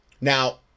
Now